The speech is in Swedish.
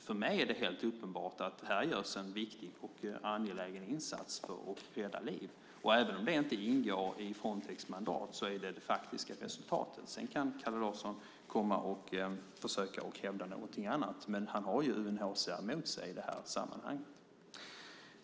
För mig är det helt uppenbart att här görs en viktig och angelägen insats för att rädda liv. Det är det faktiska resultatet, även om det inte ingår i Frontex mandat. Kalle Larsson kan komma och försöka hävda någonting annat, men han har UNHCR mot sig i detta sammanhang.